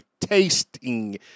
tasting